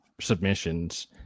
submissions